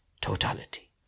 totality